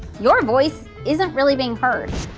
your voice isn't really being heard.